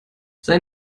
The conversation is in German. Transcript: sei